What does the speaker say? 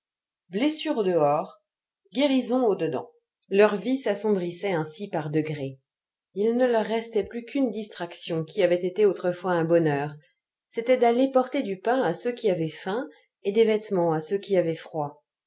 blessure au dehors guérison au dedans leur vie s'assombrissait ainsi par degrés il ne leur restait plus qu'une distraction qui avait été autrefois un bonheur c'était d'aller porter du pain à ceux qui avaient faim et des vêtements à ceux qui avaient froid